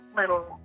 little